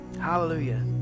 Hallelujah